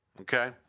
okay